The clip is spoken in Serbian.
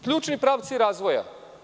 Ključni pravci razvoja.